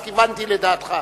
אז כיוונתי לדעתך.